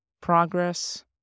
progress